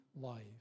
life